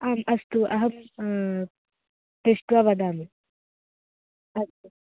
आम् अस्तु अहं दृष्ट्वा वदामि अस्तु